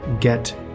get